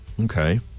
okay